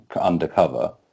undercover